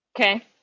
Okay